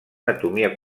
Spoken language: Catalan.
anatomia